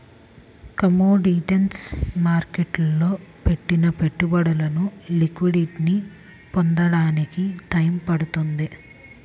commodities మార్కెట్టులో పెట్టిన పెట్టుబడులు లిక్విడిటీని పొందడానికి టైయ్యం పడుతుంది